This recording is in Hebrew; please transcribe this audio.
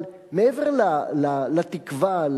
אבל מעבר לתקווה,